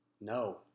no